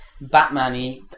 Batman-y